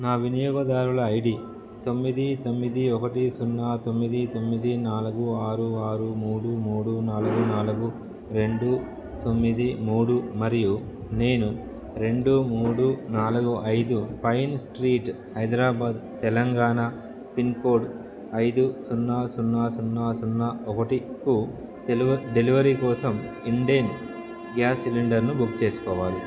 నా వినియోగదారుల ఐడి తొమ్మిది తొమ్మిది ఒకటి సున్నా తొమ్మిది తొమ్మిది నాలుగు ఆరు ఆరు మూడు మూడు నాలుగు నాలుగు రెండు తొమ్మిది మూడు మరియు నేను రెండు మూడు నాలుగు ఐదు Pine Street Hyderabad Telangana pin code ఐదు సున్నా సున్నా సున్నా సున్నా ఒకటికు డెలివ డెలివరీ కోసం ఇండేన్ గ్యాస్ సిలిండర్ను బుక్ చేసుకోవాలి